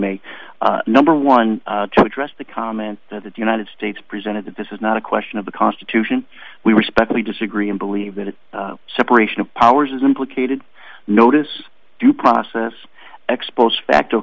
may number one dress the comment that the united states presented that this is not a question of the constitution we respectfully disagree and believe that a separation of powers is implicated notice due process ex post facto